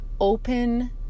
open